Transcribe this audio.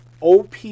op